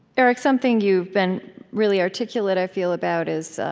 erick, something you've been really articulate, i feel, about, is